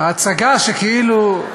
ההצגה שכאילו,